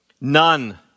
None